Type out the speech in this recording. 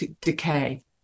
decay